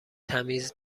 تمیز